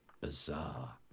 bizarre